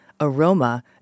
aroma